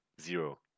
zero